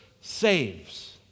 saves